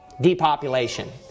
Depopulation